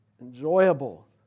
Enjoyable